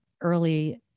early